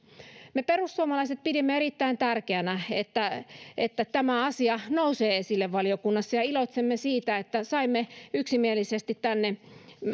me perussuomalaiset pidimme erittäin tärkeänä että että tämä asia nousee esille valiokunnassa ja iloitsemme siitä että saimme yksimielisesti tänne